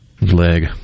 Leg